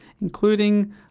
including